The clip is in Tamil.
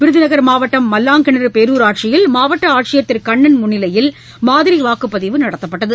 விருதநகர் மாவட்டம் மல்லாங்கிணறுபேரூராட்சியில் மாவட்டஆட்சியர் திருகண்ணன் முன்னிலையில் மாதிரிவாக்குப்பதிவு நடத்தப்பட்டது